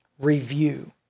review